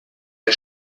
der